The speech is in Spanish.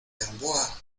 gamboa